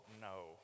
no